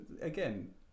again